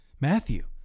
Matthew